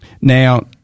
now